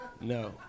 No